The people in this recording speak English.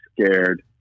scared